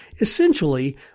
Essentially